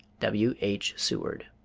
w h. seward.